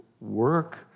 work